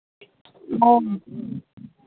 ও